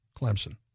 Clemson